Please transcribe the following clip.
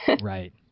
Right